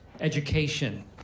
education